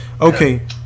Okay